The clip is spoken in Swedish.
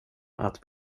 att